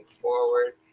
forward